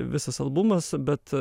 visas albumas bet